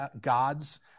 gods